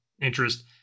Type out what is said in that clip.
interest